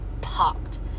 popped